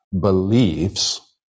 beliefs